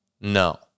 No